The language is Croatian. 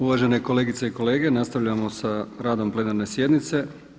Uvažene kolegice i kolege, nastavljamo sa radom plenarne sjednice.